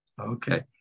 Okay